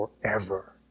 forever